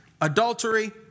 adultery